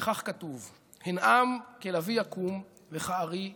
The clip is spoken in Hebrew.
וכך כתוב: "הן עם כלביא יקום וכארי יתנשא".